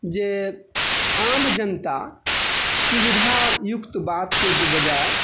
जे आम जनता सुविधायुक्त बातके बजाय